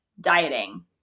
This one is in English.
dieting